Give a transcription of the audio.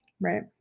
Right